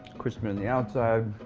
crispy on the outside,